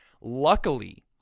Luckily